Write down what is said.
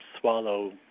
swallow